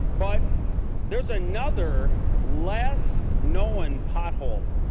but there is another less known pothole